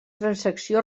transacció